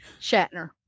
shatner